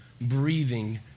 breathing